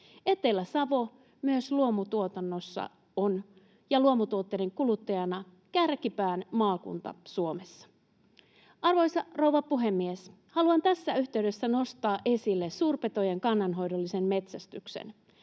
Etelä-Savo on myös luomutuotannossa ja luomutuotteiden kuluttajana kärkipään maakunta Suomessa. Arvoisa rouva puhemies! Haluan tässä yhteydessä nostaa esille suurpetojen kannanhoidollisen metsästyksen.